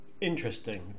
Interesting